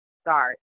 start